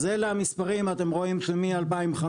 אתם רואים שמ-2015,